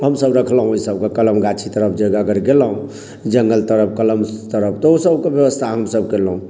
हमसभ राखलहुॅं ओहि सभके कलम गाछी तरफ जे अग अगर गेलहुॅं जङ्गल तरफ कलम तरफ तऽ ओ सभके ब्यवस्था हमसभ केलहुॅं